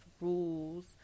rules